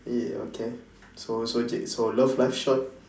eh okay so so so love live short